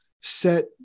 set